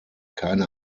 keine